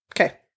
Okay